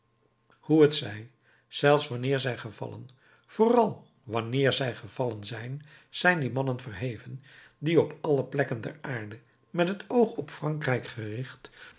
hoe het zij zelfs wanneer zij gevallen vooral wanneer zij gevallen zijn zijn die mannen verheven die op alle plekken der aarde met het oog op frankrijk gericht